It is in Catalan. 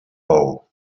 bou